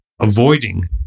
avoiding